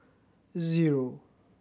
zero